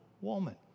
woman